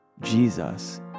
Jesus